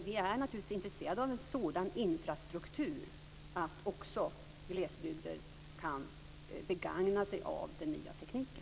Vi är naturligtvis intresserade av en sådan infrastruktur att också glesbygder kan begagna sig av den nya tekniken.